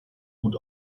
gut